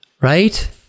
right